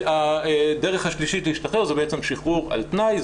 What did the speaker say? הדרך השלישית להשתחרר זה שחרור על תנאי,